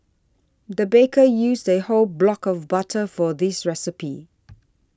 the baker used a whole block of butter for this recipe